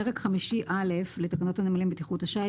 פרק חמישי א' לתקנות הנמלים בטיחות השיט